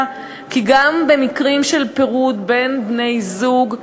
כי גם במקרים של פירוד בין בני-זוג,